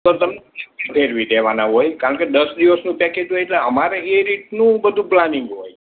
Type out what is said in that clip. તો તમને ત્યાં પણ ફેરવી દેવાના હોય કારણકે દસ દિવસનું પેકેજ હોય એટલે અમારે એ રીતનું બધું પ્લાનિંગ હોય